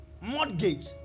mortgage